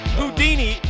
Houdini